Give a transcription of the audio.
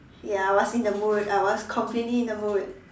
ya I was in the mood I was completely in the mood